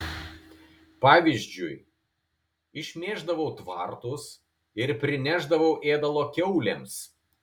pavyzdžiui išmėždavau tvartus ir prinešdavau ėdalo kiaulėms